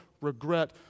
regret